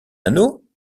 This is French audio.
anneau